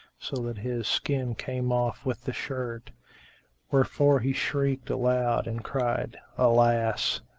so that his skin came off with the shirt wherefor he shrieked aloud and cried, alas!